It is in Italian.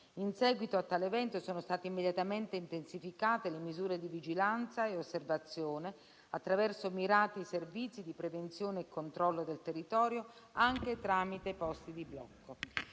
In seguito a tale evento, sono state immediatamente intensificate le misure di vigilanza e osservazione, attraverso mirati servizi di prevenzione e controllo del territorio, anche tramite posti di blocco.